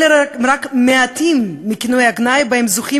אלה רק מעטים מכינויי הגנאי שבהם זוכים